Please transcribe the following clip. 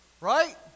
Right